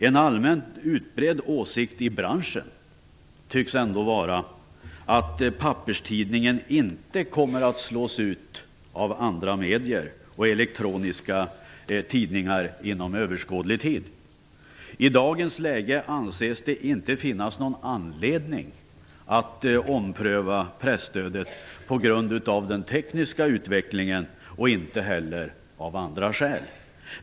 En allmänt utbredd åsikt i branschen tycks ändå vara att papperstidningen inte kommer att slås ut av andra medier och elektroniska tidningar inom överskådlig tid. I dagens läge anses det inte finnas någon anledning att ompröva presstödet på grund av den tekniska utvecklingen och inte heller av andra skäl.